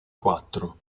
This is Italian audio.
quattro